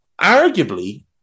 arguably